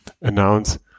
announce